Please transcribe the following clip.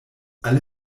alle